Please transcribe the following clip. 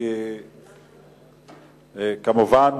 כמובן,